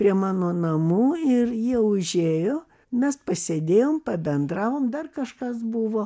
prie mano namų ir jie užėjo mes pasėdėjom pabendravom dar kažkas buvo